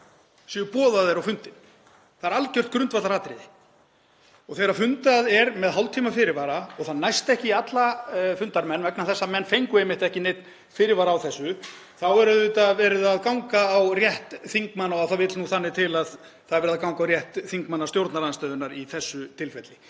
séu boðaðir á fundinn. Það er algjört grundvallaratriði. Þegar fundað er með hálftíma fyrirvara og það næst ekki í alla fundarmenn vegna þess að menn fengu einmitt ekki neinn fyrirvara á þessu er auðvitað verið að ganga á rétt þingmanna og það vill þannig til að það er verið að ganga á rétt þingmanna stjórnarandstöðunnar í þessu tilfelli.